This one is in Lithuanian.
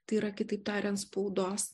tai yra kitaip tariant spaudos